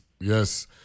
yes